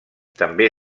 també